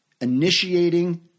initiating